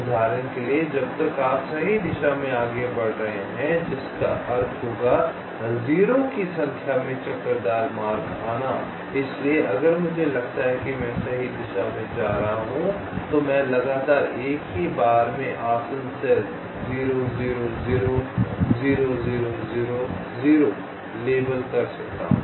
उदाहरण के लिए जब तक आप सही दिशा में आगे बढ़ रहे हैं जिसका अर्थ होगा 0 की संख्या में चक्करदार मार्ग आना इसलिए अगर मुझे लगता है कि मैं सही दिशा में जा रहा हूं तो मैं लगातार एक ही बार में आसन्न सेल 0 0 0 0 0 0 0 लेबल कर सकता हूं